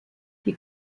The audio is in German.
die